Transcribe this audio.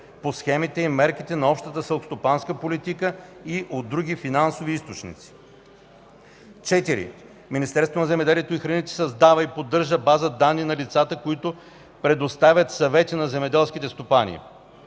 по схемите и мерките на Общата селскостопанска политика и от други финансови източници. (4) Министерството на земеделието и храните създава и поддържа база данни за лицата, които предоставят съвети на земеделските стопани.